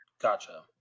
Gotcha